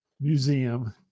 Museum